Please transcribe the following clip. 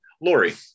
lori